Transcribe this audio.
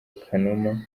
kanuma